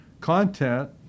content